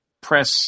press